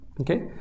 Okay